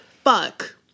Fuck